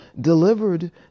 delivered